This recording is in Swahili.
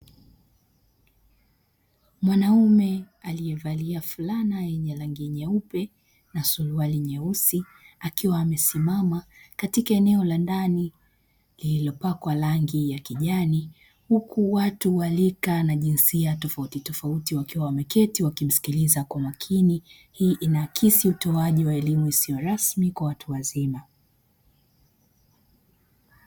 Mwanaume aliyevalia fulana yenye rangi nyeupe na suruali nyeusi akiwa amesimama katika eneo la ndani lilopakwa rangi ya kijani. Huku watu wa rika na jinsia tofauti tofauti wakiwa wameketi wakimsikiliza kwa makini, hii inahakisi utoaji wa elimu isiyo rasmi kwa watu wazima.